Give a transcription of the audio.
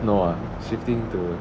no ah shifting to